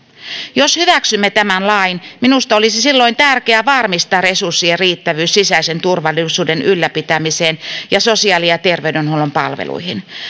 jos hyväksymme tämän lain silloin minusta olisi tärkeää varmistaa resurssien riittävyys sisäisen turvallisuuden ylläpitämiseen ja sosiaali ja terveydenhuollon palveluihin